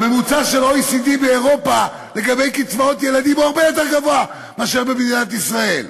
הממוצע של ה-OECD בקצבאות ילדים הוא הרבה יותר גבוה מאשר במדינת ישראל,